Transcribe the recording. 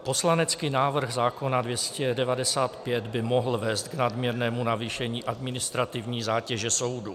Poslanecký návrh zákona 295 by mohl vést k nadměrnému navýšení administrativní zátěže soudů.